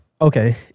Okay